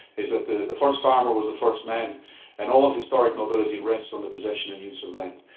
is that the first farmer was the first man and all of historic nobility rests on the possession and use of land.